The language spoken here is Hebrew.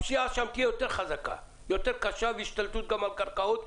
הפשיעה שם תהיה יותר קשה וישתלטו גם על קרקעות.